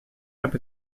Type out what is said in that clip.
heb